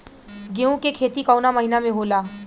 गेहूँ के खेती कवना महीना में होला?